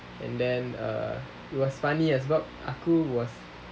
and then err it was funny ah sebab aku was